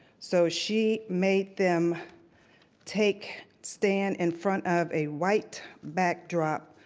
so she made them take, stand in front of a white backdrop,